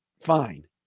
fine